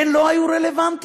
הן לא היו רלוונטיות.